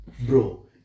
Bro